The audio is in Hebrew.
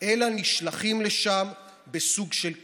אלא נשלחים לשם בסוג של כפייה.